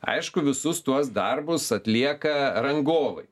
aišku visus tuos darbus atlieka rangovai